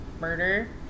murder